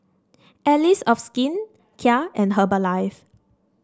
Allies of Skin Kia and Herbalife